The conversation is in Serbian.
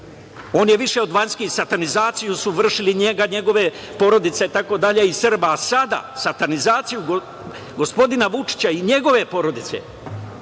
On je više od vanjskih, satanizaciju su vršili njega, njegove porodice, Srba itd, a sada satanizaciju gospodina Vučića i njegove porodice.